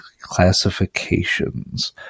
classifications